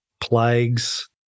Plagues